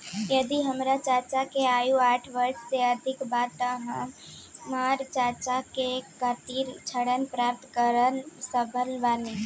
यदि हमार चाचा के आयु साठ वर्ष से अधिक बा त का हमार चाचा के खातिर ऋण प्राप्त करना संभव बा?